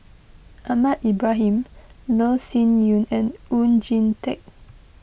Ahmad Ibrahim Loh Sin Yun and Oon Jin Teik